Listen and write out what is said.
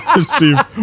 Steve